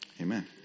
Amen